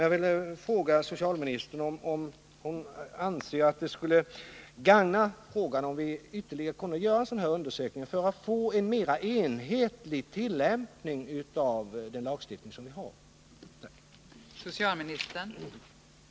Anser socialministern att det skulle gagna frågan att göra ytterligare en undersökning i syfte att få till stånd en mer enhetlig tillämpning av den lagstiftning som vi har på det här området?